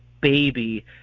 baby